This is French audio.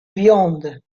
viande